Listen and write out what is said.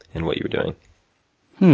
and what you were doing.